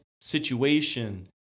situation